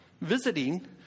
visiting